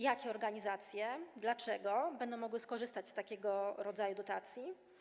Jakie organizacje i dlaczego będą mogły skorzystać z takiego rodzaju dotacji?